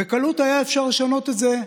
בקלות היה אפשר לשנות את זה,